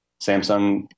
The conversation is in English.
Samsung